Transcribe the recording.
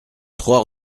trois